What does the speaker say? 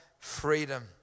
Freedom